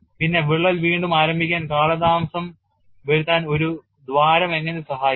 പിന്നെ വിള്ളൽ വീണ്ടും ആരംഭിക്കാൻ കാലതാമസം വരുത്താൻ ഒരു ദ്വാരം എങ്ങനെ സഹായിക്കും